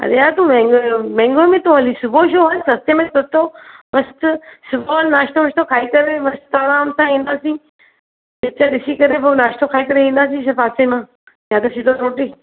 अरे यार तू मह महांगो में थो हली सुबुह जो हल सस्ते में सस्तो मस्तु सुबुह जो नाश्तो वाश्तो खाई करे मस्तु आराम सां ईंदासीं पिचर ॾिसी करे पोइ नाश्तो खाई करे ईंदासीं पासे मां या त सिधो रोटी